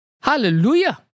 Hallelujah